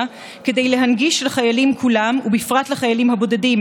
כדי להנגיש לחיילים כולם ובפרט לחיילים הבודדים,